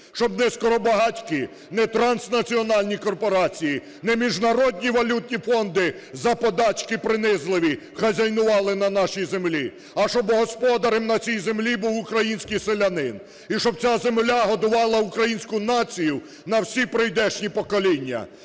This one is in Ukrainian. щоб не скоробагатьки, не транснаціональні корпорації, не міжнародні валютні фонди за подачки принизливі хазяйнували на нашій землі, а щоб господарем на цій землі був український селянин і щоб ця земля годувала українську націю на всі прийдешні покоління.